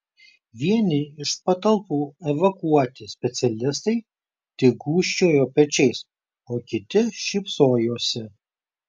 vieni iš patalpų evakuoti specialistai tik gūžčiojo pečiais o kiti šypsojosi